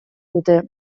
dute